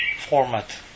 format